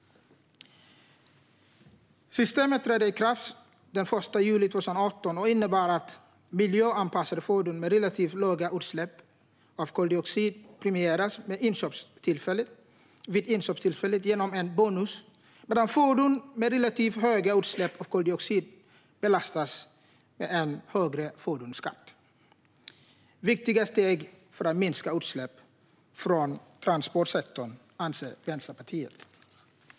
Systemet träder i kraft den 1 juli 2018 och innebär att miljöanpassade fordon med relativt låga utsläpp av koldioxid premieras vid inköpstillfället genom en bonus, medan fordon med relativt höga utsläpp av koldioxid belastas med en högre fordonsskatt. Det är viktiga steg för att minska utsläpp från transportsektorn, anser Vänsterpartiet.